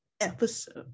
episode